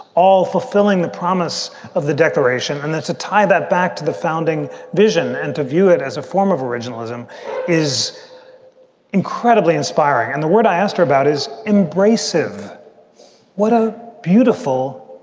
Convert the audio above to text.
all fulfilling the promise of the declaration. and that's a tie that back to the founding vision. and to view it as a form of originalism is incredibly inspiring and the word i asked her about is embracing what a beautiful,